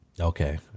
Okay